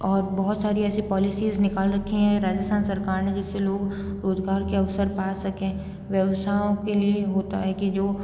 और बहुत सारी ऐसी पॉलिसीज़ निकाल रखी हैं राजस्थान सरकार ने जिससे लोग रोजगार के अवसर पा सकें व्यवसायों के लिए होता है कि जो